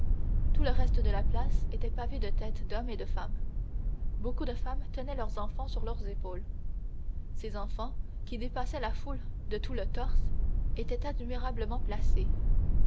tout le reste de la place était pavé de têtes d'hommes et de femmes beaucoup de femmes tenaient leurs enfants sur leurs épaules ces enfants qui dépassaient la foule de tout le torse étaient admirablement placés